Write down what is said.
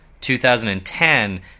2010